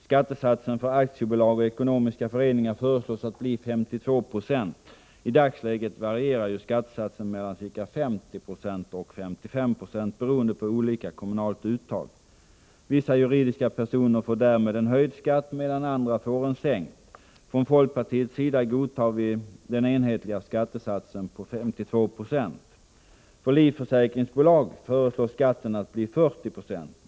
Skattesatsen för aktiebolag och ekonomiska föreningar föreslås bli 52 96. I dagsläget varierar ju skattesatsen mellan ca 50 96 och 55 76 beroende på olika kommunalt uttag. Vissa juridiska personer får därmed en höjd skatt medan andra får en sänkt. Från folkpartiets sida godtar vi den enhetliga skattesatsen på 52 96. För livförsäkringsbolag föreslås skatten bli 40 90.